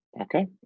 Okay